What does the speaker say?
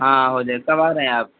हाँ हो जाएगा कब आ रहें आप